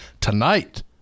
tonight